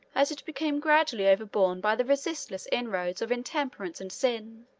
as it became gradually overborne by the resistless inroads of intemperance and sin.